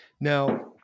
Now